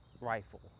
rifle